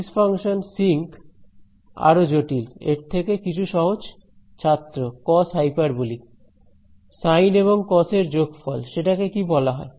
basis function sinh আরো জটিল এর থেকে কিছু সহজ ছাত্র কসহাইপারবলিক সাইন এবং কসের যোগফল সেটা কে কি বলা হয়